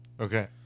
Okay